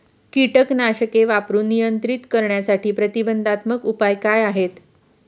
कीटकनाशके वापरून नियंत्रित करण्यासाठी प्रतिबंधात्मक उपाय काय आहेत?